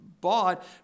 bought